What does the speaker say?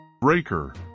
Breaker